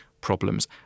problems